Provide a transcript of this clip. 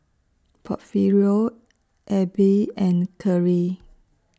Porfirio Abbey and Kerri